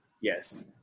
Yes